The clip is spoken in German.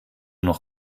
noch